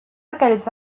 aquells